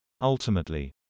ultimately